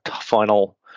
final